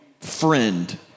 friend